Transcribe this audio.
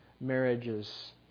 marriages